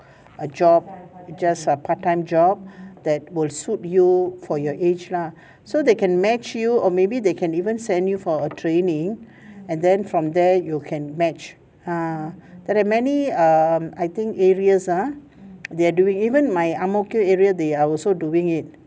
err job just a part time job that will suit you for your age lah so they can match you or maybe they can even send you for training and then from there you can match ah there are many um I think areas ah they're doing even my ang mo kio area they are also doing it